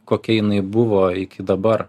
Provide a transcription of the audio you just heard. kokia jinai buvo iki dabar